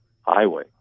highway